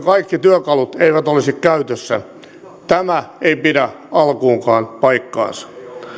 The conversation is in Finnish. kaikki työkalut eivät olisi käytössä tämä ei pidä alkuunkaan paikkaansa